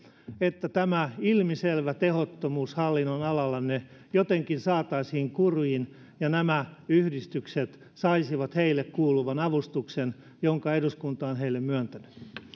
että tämä ilmiselvä tehottomuus hallinnonalallanne jotenkin saataisiin kuriin ja nämä yhdistykset saisivat heille kuuluvan avustuksen jonka eduskunta on heille myöntänyt